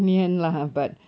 ya